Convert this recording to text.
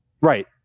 Right